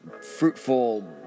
fruitful